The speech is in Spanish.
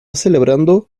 celebrando